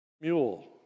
mule